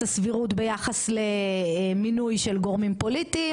הסבירות ביחס למינוי של גורמים פוליטיים,